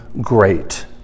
great